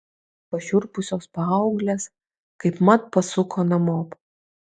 pašiurpusios paauglės kaipmat pasuko namop